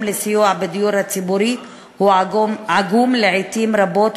לסיוע בדיור הציבורי הוא עגום לעתים רבות,